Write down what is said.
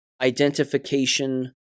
identification